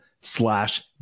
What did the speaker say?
slash